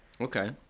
Okay